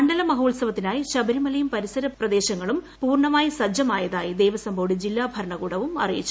മണ്ഡല മഹോത്സവത്തിനായി ശബരിമലയും പരിസര പ്രദേശങ്ങളും പൂർണ സജ്ജമായതായി ദേവസ്വം ബോർഡും ജില്ലാ ഭരണകൂടവും അറിയിച്ചു